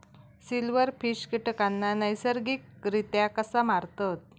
Silverfish कीटकांना नैसर्गिकरित्या कसा मारतत?